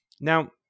Now